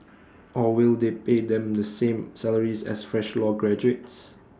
or will they pay them the same salaries as fresh law graduates